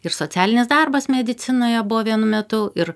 ir socialinis darbas medicinoje buvo vienu metu ir